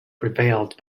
prevailed